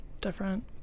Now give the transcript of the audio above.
different